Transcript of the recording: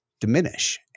diminish